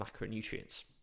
macronutrients